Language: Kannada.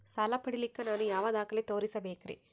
ಸಾಲ ಪಡಿಲಿಕ್ಕ ನಾನು ಯಾವ ದಾಖಲೆ ತೋರಿಸಬೇಕರಿ?